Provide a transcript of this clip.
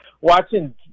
watching